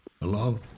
Hello